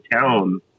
town